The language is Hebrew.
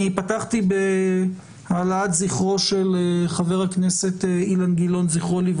אני פתחתי בהעלאת זכרו של חבר הכנסת אילן גילאון ז"ל,